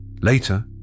Later